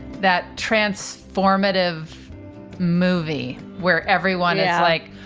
that transformative movie where everyone is like